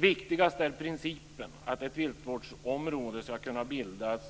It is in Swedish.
Viktigast är principen att ett viltvårdsområde ska kunna bildas